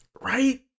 Right